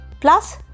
plus